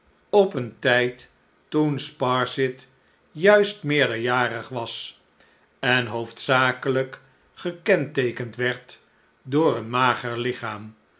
op een tijd toen sparsit juist meerderjarig was en hoofdzakelijk gekenteekend werd door een mager lichaam